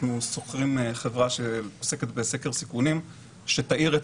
אנחנו שוכרים חברה שעוסקת בסקר סיכונים שתאיר את